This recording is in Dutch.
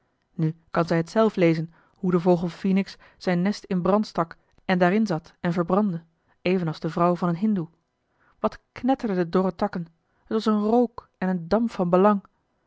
nu kan zij het zelf lezen hoe de vogel phoenix zijn nest in brand stak en daarin zat en verbrandde evenals de vrouw van een hindoe wat knetterden de dorre takken het was een rook en een damp van belang